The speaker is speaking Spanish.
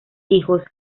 hijos